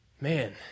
man